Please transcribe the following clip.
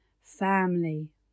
Family